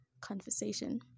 conversation